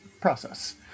process